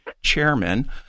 chairman